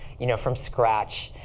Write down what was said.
you know from scratch,